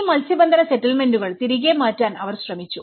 ഈ മത്സ്യബന്ധന സെറ്റ്ൽമെന്റുകൾതിരികെ മാറ്റാൻ അവർ ശ്രമിച്ചു